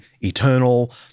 eternal